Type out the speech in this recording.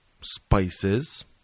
spices